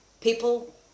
people